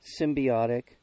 symbiotic